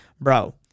bro